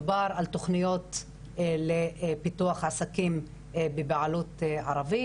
מדובר על תוכניות לפיתוח עסקים בבעלות ערבית